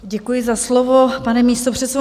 Děkuji za slovo, pane místopředsedo.